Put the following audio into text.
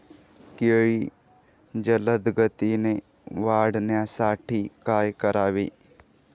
केळी जलदगतीने वाढण्यासाठी काय करावे?